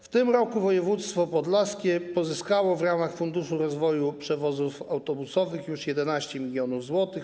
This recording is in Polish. W tym roku województwo podlaskie pozyskało w ramach Funduszu rozwoju przewozów autobusowych już 11 mln zł.